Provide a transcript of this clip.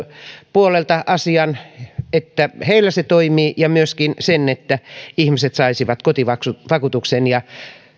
puolelta asian että heillä se toimii että myöskin sen että ihmiset saisivat kotivakuutuksen ja